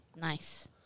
Nice